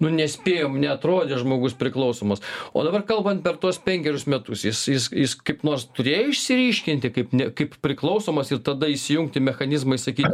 nu nespėjom neatrodė žmogus priklausomas o dabar kalbant per tuos penkerius metus jis jis jis kaip nors turėjo išsiryškinti kaip ne kaip priklausomas ir tada įsijungti mechanizmui sakyk